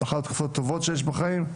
אחת התקופות הטובות שיש בחיים,